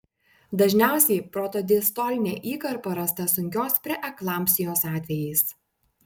dažniausiai protodiastolinė įkarpa rasta sunkios preeklampsijos atvejais